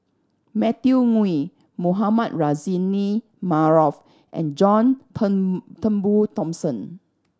Matthew Ngui Mohamed Rozani Maarof and John Turn Turnbull Thomson